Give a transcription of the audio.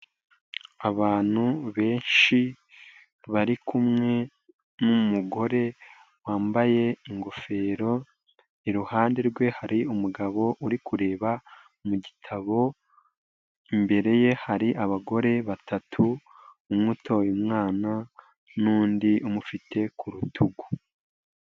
Abantu benshi barikumwe n'umugore wambaye ingofero iruhande rwe hari umugabo uri kureba mu gitabo imbere ye hari abagore batatu umwe utoye umwana nundi umufite ku rutugu.